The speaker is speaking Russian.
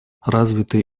развитые